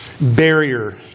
barrier